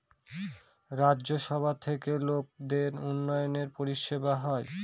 রাজ্য সভা থেকে লোকদের উন্নয়নের পরিষেবা হয়